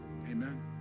amen